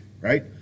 right